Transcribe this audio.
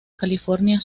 california